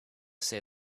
say